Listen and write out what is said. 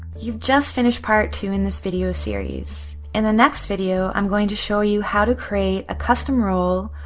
you've just finished part two in this video series. in the next video, i'm going to show you how to create a custom role,